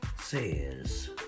Says